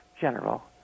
general